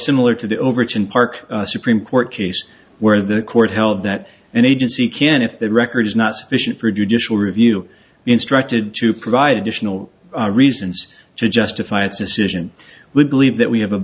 similar to the overture in park supreme court case where the court held that an agency can if the record is not sufficient for a judicial review instructed to provide additional reasons to justify its decision we believe that we have a